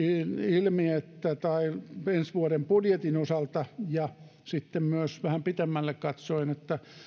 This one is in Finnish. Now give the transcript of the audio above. ilmi ensi vuoden budjetin osalta ja myös vähän pitemmälle katsoen että